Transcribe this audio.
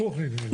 הפוך מזה.